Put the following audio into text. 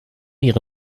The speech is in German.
ihre